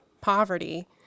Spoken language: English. poverty